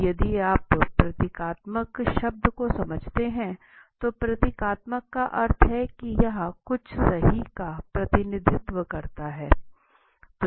अब यदि आप प्रतीकात्मक शब्द को समझते हैं तो प्रतीकात्मक का अर्थ है कि यह कुछ सही का प्रतिनिधित्व करता है